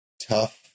tough